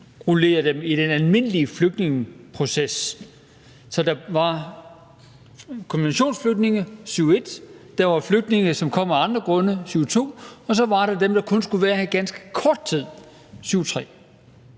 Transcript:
indrullere dem i den almindelige flygtningeproces. Så der var konventionsflygtninge i henhold til § 7, stk. 1, og der var flygtninge, som kom af andre grunde, i henhold til § 7, stk. 2, og så var der dem, der kun skulle være her i ganske kort tid, i